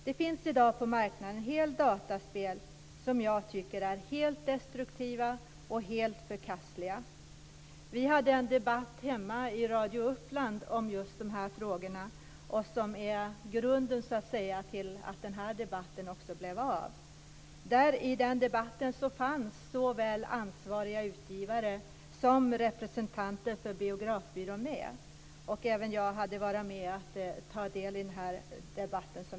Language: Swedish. Det finns i dag på marknaden en hel del dataspel som jag tycker är helt destruktiva och helt förkastliga. Vi hade en debatt hemma i Radio Uppland om just de här frågorna. Det är också grunden till att den här debatten blev av. I den debatten fanns såväl ansvariga utgivare som representanter för Biografbyrån med. Även jag hade möjlighet att ta del av den här debatten.